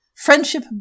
Friendship